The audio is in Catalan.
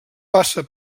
passa